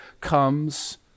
comes